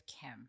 Kim